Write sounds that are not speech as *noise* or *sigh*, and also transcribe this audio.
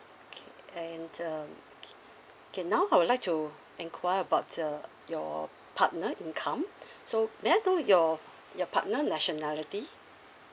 okay and um okay now I would like to enquire about the your partner income *breath* so may I know your your partner nationality